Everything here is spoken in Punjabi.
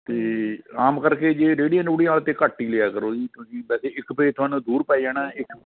ਅਤੇ ਆਮ ਕਰਕੇ ਜੇ ਰੇੜੀਆਂ ਰੂੜੀਆਂ 'ਤੇ ਘੱਟ ਹੀ ਲਿਆ ਕਰੋ ਜੀ ਕਿਉਂਕਿ ਵੈਸੇ ਇੱਕ ਫੇਸ ਤੁਹਾਨੂੰ ਦੂਰ ਪੈ ਜਾਣਾ ਇੱਕ